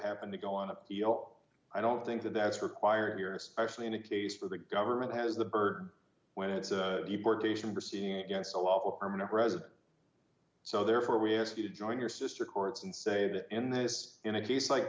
happened to go on appeal i don't think that that's required here especially in a case for the government has the bird when it's a deportation proceedings against a lawful permanent resident so therefore we ask you to join your sister courts and say that in this in a